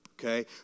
okay